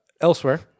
Elsewhere